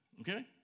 Okay